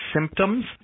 symptoms